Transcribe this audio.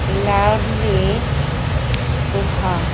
loudly କୁହ